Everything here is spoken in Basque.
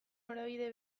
norabide